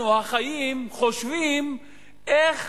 אם אנחנו, החיים, חושבים איך